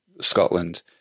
Scotland